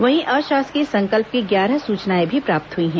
वहीं अशासकीय संकल्प की ग्यारह सूचनाएं भी प्राप्त हई हैं